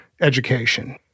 education